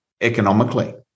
economically